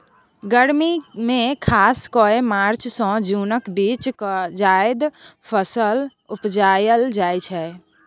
गर्मी मे खास कए मार्च सँ जुनक बीच जाएद फसल उपजाएल जाइ छै